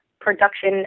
production